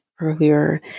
earlier